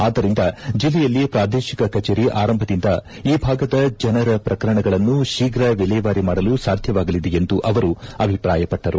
ಆದ್ದರಿಂದ ಜಿಲ್ಲೆಯಲ್ಲಿ ಪ್ರಾದೇಶಿಕ ಕಚೇರಿ ಆರಂಭದಿಂದ ಈ ಭಾಗದ ಜನರ ಪ್ರಕರಣಗಳನ್ನು ಶೀಘ ವಿಲೇವಾರಿ ಮಾಡಲು ಸಾಧ್ಯವಾಗಲಿದೆ ಎಂದು ಅವರು ಅಭಿಪ್ರಾಯಪಟ್ಟರು